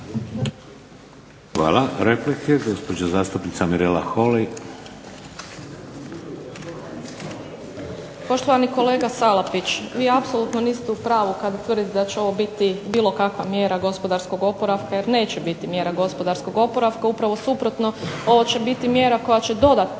Hvala. Replika, gospođa zastupnica Mirela Holy. **Holy, Mirela (SDP)** Poštovani kolega Salapić vi apsolutno niste u pravu kada tvrdite da će ovo biti bilo kakva mjera gospodarskog oporavka jer neće biti mjera gospodarskog oporavka. Upravo suprotno, ovo će biti mjera koja će dodatno